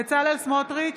בצלאל סמוטריץ'